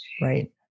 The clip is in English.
right